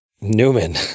Newman